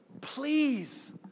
Please